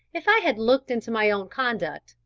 if i had looked into my own conduct,